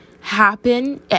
happen